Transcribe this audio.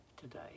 today